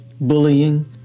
bullying